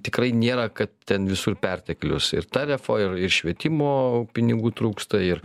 tikrai nėra kad ten visur perteklius ir ta refo ir švietimo pinigų trūksta ir